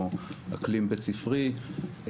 או אקלים בית ספרי,